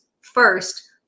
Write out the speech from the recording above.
first